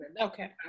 Okay